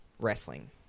wrestling